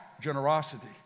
generosity